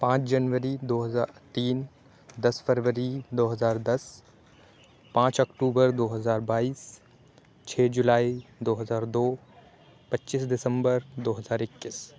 پانچ جنوری دو ہزار تین دس فروری دو ہزار دس پانچ اکتوبر دو ہزار بائیس چھ جولائی دو ہزار دو پچیس دسمبر دو ہزار اکیس